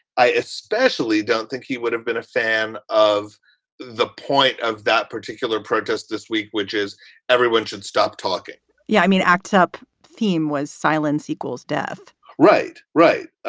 i especially don't think he would have been a fan of the point of that particular protest this week, which is everyone should stop talking yeah, i mean, act up theme was silence equals death right. right.